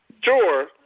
sure